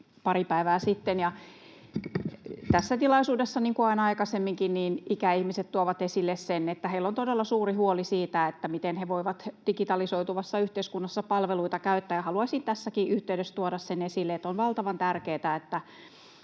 pari päivää sitten. Tässä tilaisuudessa, niin kuin aina aikaisemminkin, ikäihmiset toivat esille sen, että heillä on todella suuri huoli siitä, miten he voivat digitalisoituvassa yhteiskunnassa palveluita käyttää, ja haluaisin tässäkin yhteydessä tuoda sen esille, että on valtavan tärkeätä,